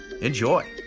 Enjoy